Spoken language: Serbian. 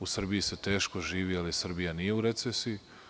U Srbiji se teško živi, ali Srbija nije u recesiji.